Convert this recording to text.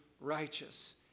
righteous